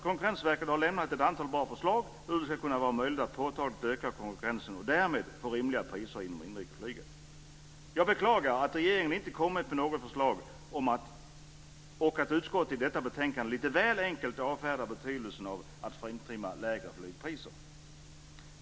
Konkurrensverket har lämnat ett antal bra förslag till hur det skulle kunna vara möjligt att påtagligt öka konkurrensen och därmed få rimliga priser inom inrikesflyget. Jag beklagar att regeringen inte kommit med några förslag och att utskottet i detta betänkande lite väl enkelt avfärdat betydelsen av att framtvinga längre flygpriser.